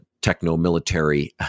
techno-military